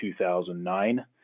2009